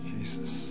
Jesus